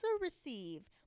receive